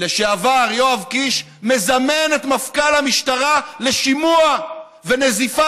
לשעבר יואב קיש מזמן את מפכ"ל המשטרה לשימוע ונזיפה